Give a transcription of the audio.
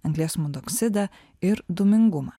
anglies monoksidą ir dūmingumą